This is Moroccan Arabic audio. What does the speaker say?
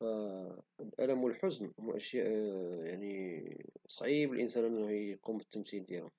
لان الام والحزن هو شيء اللي صعيب الانسان اقوم يالتمثيل ديالو